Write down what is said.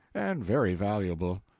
and very valuable.